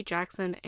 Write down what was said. Jackson